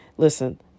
Listen